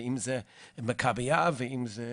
אם זה מכבייה ואם זה,